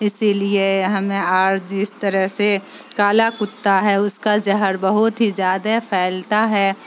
اسی لیے ہمیں اور جس طرح سے کالا کتا ہے اس کا زہر بہت ہی زیادہ پھیلتا ہے